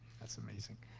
that's amazing,